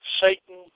Satan